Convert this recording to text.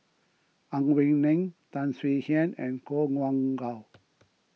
Ang Wei Neng Tan Swie Hian and Koh Nguang How